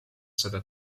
seda